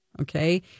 Okay